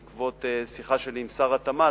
בעקבות שיחה שלי עם שר התמ"ת,